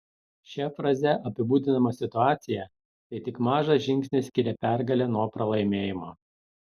šia fraze apibūdinama situacija kai tik mažas žingsnis skiria pergalę nuo pralaimėjimo